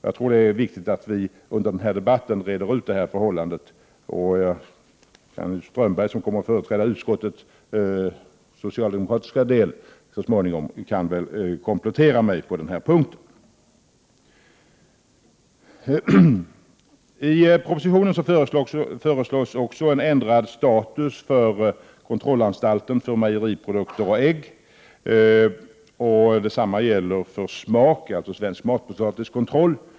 Jag tror att det är viktigt att vi under denna debatt reder ut det här förhållandet. Håkan Strömberg som företräder utskottets socialdemokrater kan väl komplettera det jag sagt på den här punkten. I propositionen föreslås också en ändrad status för Svenska kontrollanstalten för mejeriprodukter och ägg, och detsamma gäller för SMAK, dvs. Svensk matpotatiskontroll.